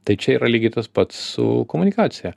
tai čia yra lygiai tas pats su komunikacija